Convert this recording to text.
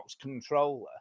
controller